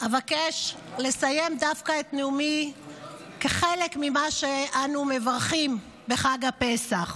אבקש לסיים את נאומי דווקא בחלק ממה שאנו מברכים בחג הפסח: